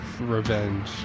Revenge